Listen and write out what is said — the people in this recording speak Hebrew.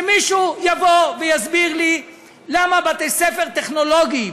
שמישהו יבוא ויסביר לי למה בתי-ספר טכנולוגיים,